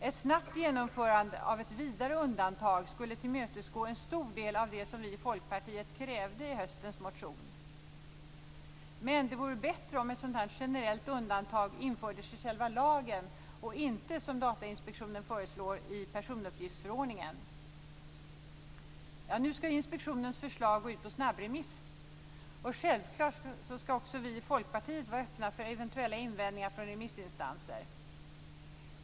Ett snabbt genomförande av ett vidare undantag skulle tillmötesgå en stor del av det som vi i Folkpartiet krävde i höstens motion. Det vore dock bättre om en sådant generellt undantag infördes i själva lagen och inte - som inspektionen föreslår - i personuppgiftsförordningen. Inspektionens förslag skall nu ut på snabbremiss. Och självfallet skall även vi i Folkpartiet vara öppna för eventuella invändningar från remissinstanser.